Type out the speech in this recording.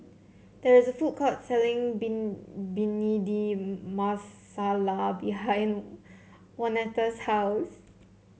there is a food court selling Bean Bhindi Masala behind Waneta's house